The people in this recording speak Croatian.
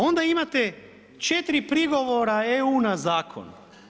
Onda imate 4 prigovora EU na zakon.